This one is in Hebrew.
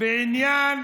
בעניין